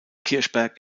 kirchberg